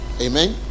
Amen